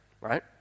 right